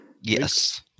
Yes